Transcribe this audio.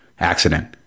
accident